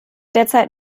derzeit